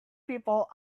people